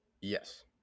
Yes